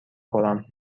خورم